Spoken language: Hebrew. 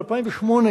ב-2008,